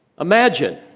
Imagine